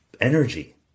energy